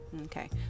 okay